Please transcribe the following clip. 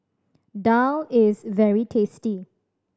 daal is very tasty